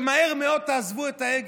שמהר מאוד תעזבו את ההגה,